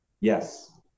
Yes